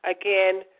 Again